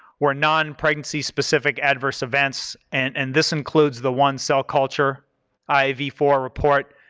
were non-pregnancy specific adverse events and this includes the one cell culture i v four report.